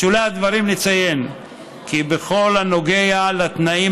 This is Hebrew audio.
בשולי הדברים נציין כי בכל הנוגע לתנאים